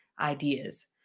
ideas